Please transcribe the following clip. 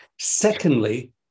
Secondly